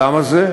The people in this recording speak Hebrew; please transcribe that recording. למה זה?